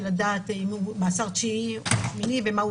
האם הוא במאסר תשיעי או שמיני ומה הוא